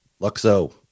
Luxo